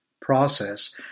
process